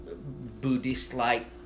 Buddhist-like